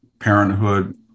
parenthood